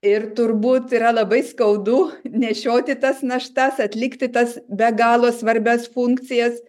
ir turbūt yra labai skaudu nešioti tas naštas atlikti tas be galo svarbias funkcijas